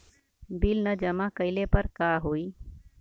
Bill न जमा कइले पर का होई?